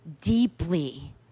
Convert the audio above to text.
deeply